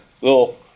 little